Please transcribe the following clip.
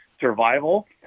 survival